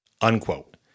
Unquote